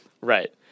Right